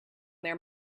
their